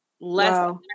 Less